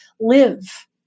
live